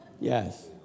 Yes